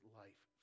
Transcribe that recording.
life